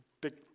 big